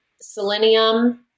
Selenium